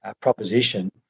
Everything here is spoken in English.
proposition